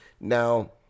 Now